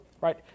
right